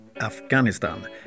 Afghanistan